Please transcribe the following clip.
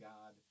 God